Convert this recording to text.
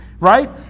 right